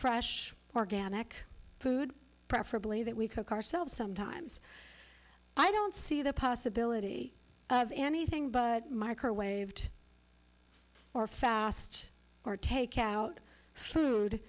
fresh organic food preferably that we cook ourselves sometimes i don't see the possibility of anything but mark or waved or fast or take out food